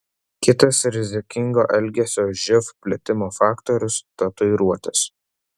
kitas rizikingo elgesio živ plitimo faktorius tatuiruotės